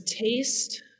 taste